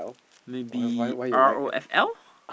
maybe R_O_F_L